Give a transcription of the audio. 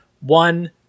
one